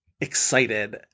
excited